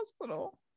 hospital